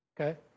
Okay